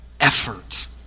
effort